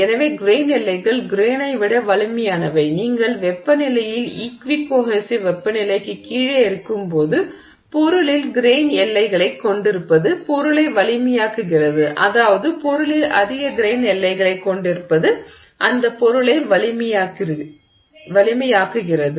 எனவே கிரெய்ன் எல்லைகள் கிரெய்னை விட வலிமையானவை நீங்கள் வெப்பநிலையில் ஈக்வி கோஹெஸிவ் வெப்பநிலைக்குக் கீழே இருக்கும்போது பொருளில் கிரெய்ன் எல்லைகளைக் கொண்டிருப்பது பொருளை வலிமையாக்குகிறது அதாவது பொருளில் அதிக கிரெய்ன் எல்லைகளைக் கொண்டிருப்பது அந்த பொருளை வலிமையாக்குகிறது